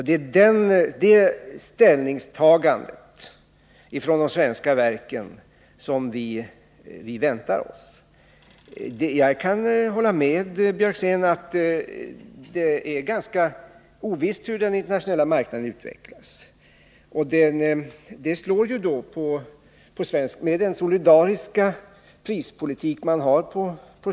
Det är också det ställningstagandet från de svenska verken som vi väntar oss. Jag kan hålla med Karl Björzén om att det är ovisst hur den internationella skrotmarknaden kommer att utvecklas. Det återverkar ju på den svenska solidariska prispolitiken.